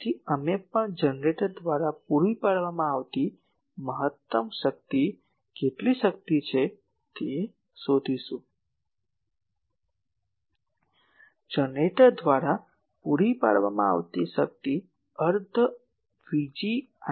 તેથી અમે પણ જનરેટર દ્વારા પૂરી પાડવામાં આવતી મહત્તમ શક્તિ કેટલી શક્તિ છે તે શોધીશું જનરેટર દ્વારા પૂરી પાડવામાં આવતી શક્તિ અર્ધ Vg